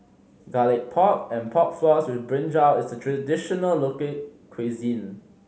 Garlic Pork and Pork Floss with brinjal is a traditional local cuisine